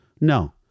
No